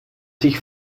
sich